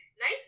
Nice